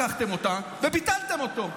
לקחתם אותו וביטלתם אותו,